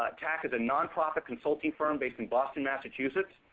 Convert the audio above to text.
um tac is a nonprofit consulting firm based in boston, massachusetts.